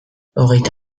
hogeita